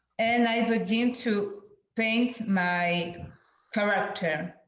and i'm beginning to paint my character.